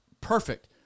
perfect